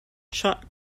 shot